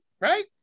right